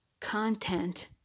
content